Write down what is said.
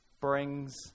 brings